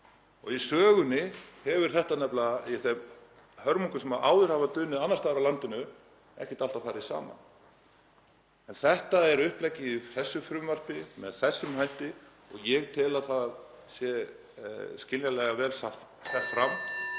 Í sögunni hefur þetta nefnilega, í þeim hörmungum sem áður hafa dunið yfir annars staðar á landinu, ekki alltaf farið saman. En þetta er uppleggið í þessu frumvarpi með þessum hætti og ég tel að það sé skiljanlega vel sett fram